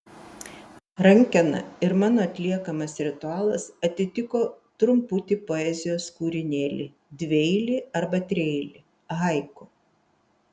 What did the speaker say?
rankena ir mano atliekamas ritualas atitiko trumputį poezijos kūrinėlį dvieilį arba trieilį haiku